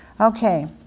Okay